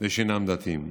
ושאינם דתיים.